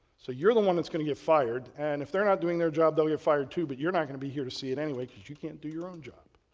so, you're the one that's going to get fired. and if they're not doing their job they'll get fired too, but you're not going to be here to see it anyway because you can't do your own job.